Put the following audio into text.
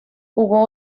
hubo